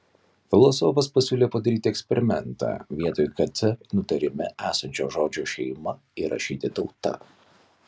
filosofas pasiūlė padaryti eksperimentą vietoj kt nutarime esančio žodžio šeima įrašyti tauta